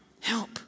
Help